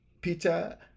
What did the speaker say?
Peter